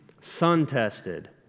sun-tested